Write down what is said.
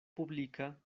publika